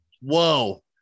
Whoa